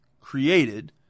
created